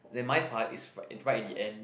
then my part is r~ right at the end